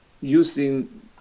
using